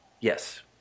Yes